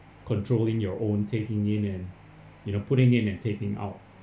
controlling your own taking in and you know putting in and taking out